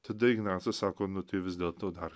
tada ignacas sako nuti vis dėlto dar